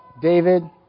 David